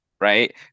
right